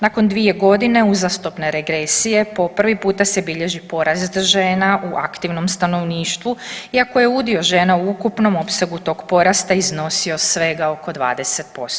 Nakon 2.g. uzastopne regresije po prvi puta se bilježi porast žena u aktivnom stanovništvu iako je udio žena u ukupnom opsegu tog porasta iznosio svega oko 20%